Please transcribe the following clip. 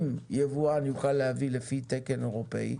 אם יבואן יוכל להביא לפי תקן אירופאי,